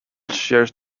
shares